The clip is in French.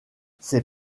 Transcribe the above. ses